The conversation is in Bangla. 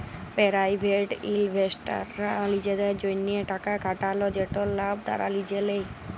পেরাইভেট ইলভেস্টাররা লিজেদের জ্যনহে টাকা খাটাল যেটর লাভ তারা লিজে লেই